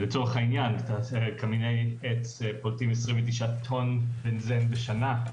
ולצורך העניין, קמיני עץ פולטים 29 טון בנזן בשנה.